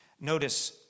Notice